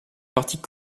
partie